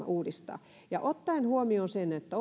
uudistaa ottaen huomioon sen että